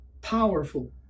powerful